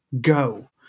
go